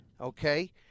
okay